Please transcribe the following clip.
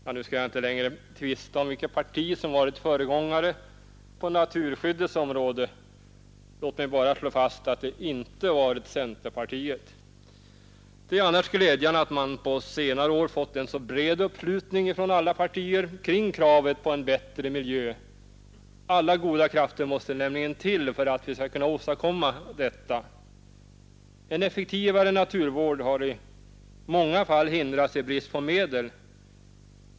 Jag skall inte tvista om vilket parti som varit föregångare på naturskyddets område, Låt mig bara slå fast att det inte varit centerpartiet. Det är annars glädjande att man på senare år fått en så bred uppslutning från alla partier kring kravet på en bättre miljö. Alla goda krafter måste nämligen till för att vi skall kunna åstadkomma detta. En effektivare naturvård har i många fall hindrats av brist på medel.